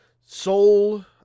soul